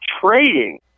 trading